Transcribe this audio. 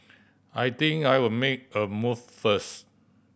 I think I'll make a move first